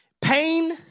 pain